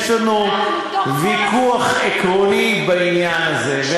ויש לנו ויכוח עקרוני בעניין הזה.